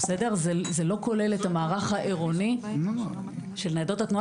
זה לא כולל את המערך העירוני של ניידות התנועה